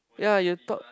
ya you thought